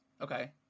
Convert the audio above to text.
okay